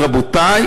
רבותי,